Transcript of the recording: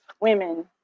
women